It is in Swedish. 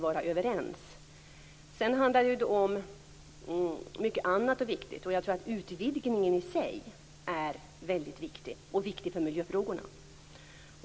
Sedan handlar det om mycket annat och viktigt, och jag tror att utvidgningen är väldigt viktig i sig och viktig för miljöfrågorna.